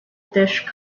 dish